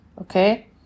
Okay